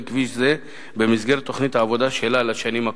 כביש זה במסגרת תוכנית העבודה שלה לשנים הקרובות.